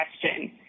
question